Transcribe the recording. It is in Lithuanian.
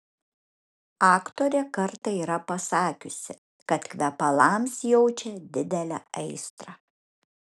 aktorė kartą yra pasakiusi kad kvepalams jaučia didelę aistrą